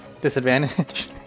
disadvantage